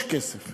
יש כסף